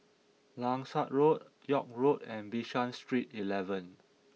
Langsat Road York Road and Bishan Street eleven